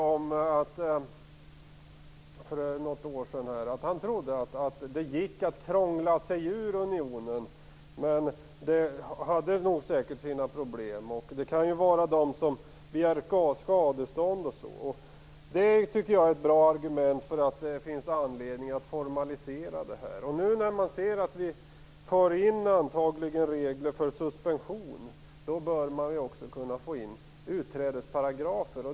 För något år sedan sade han att han trodde att det gick att krångla sig ur unionen, men att det säkert hade sina problem. Det kan finnas de som begär skadestånd. Det är ett bra argument för att formalisera rätten till utträde. Antagligen kommer regler om suspension att föras in nu. Då bör man också kunna få in utträdesparagrafer.